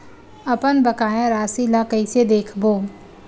अपन बकाया राशि ला कइसे देखबो?